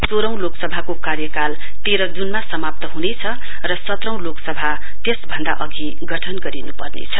सोह्रो लोकसभाको कार्यकाल तेह्र जूनमा समाप्त ह्नेछ र सत्रों लोकसभा त्यस भन्दा अघि गठन गरिन्पर्नेछ